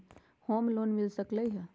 Home loan मिल सकलइ ह?